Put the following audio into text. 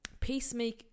peacemake